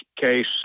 case